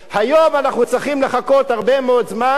היום אנחנו צריכים לחכות הרבה מאוד זמן כדי